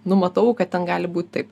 numatau kad ten gali būt taip